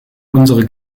unsere